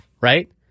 right